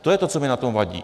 To je to, co mně na tom vadí.